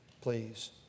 please